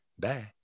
Bye